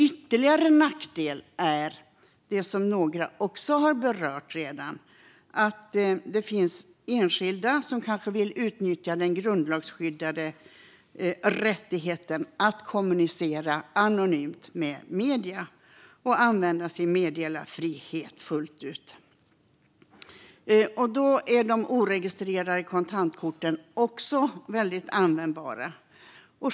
Ytterligare en nackdel är något som några redan har berört: Det kan finnas enskilda som vill utnyttja den grundlagsskyddade rättigheten att kommunicera anonymt med medier och använda sin meddelarfrihet fullt ut. Då är de oregistrerade kontantkorten väldigt användbara.